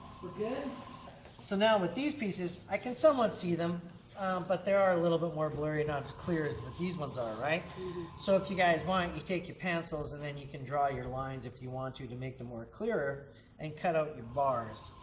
yeah so now with these pieces i can somewhat see them but there are a little bit more blurry not as clear as these ones are right so if you guys want you take your pencils and then you can draw your lines if you want you to make them more clearer and cut out your bars